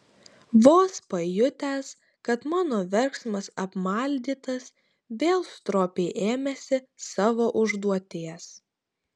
vos pajutęs kad mano verksmas apmaldytas vėl stropiai ėmėsi savo užduoties